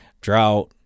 drought